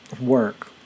work